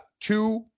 two